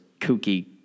kooky